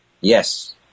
Yes